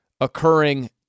occurring